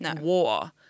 war